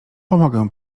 pomogę